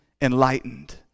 enlightened